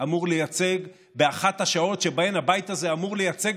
אמור לייצג באחת השעות שבהן הבית הזה אמור לייצג